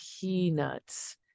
peanuts